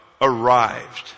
Arrived